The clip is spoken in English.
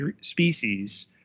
species